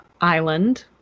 island